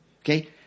Okay